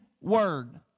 word